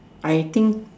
I think